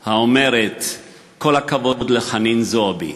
האומרת: "כל הכבוד לחנין זועבי".